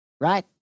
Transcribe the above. right